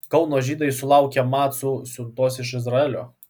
kauno žydai sulaukė macų siuntos iš izraelio